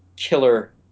Killer